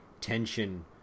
tension